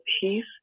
peace